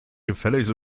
gefälligst